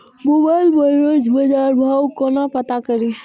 Mobile पर रोज बजार भाव कोना पता करि?